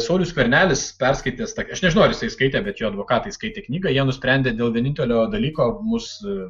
saulius skvernelis perskaitęs tą aš nežinau ar jisai skaitė bet jo advokatai skaitė knygą jie nusprendė dėl vienintelio dalyko musų